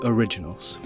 Originals